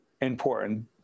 important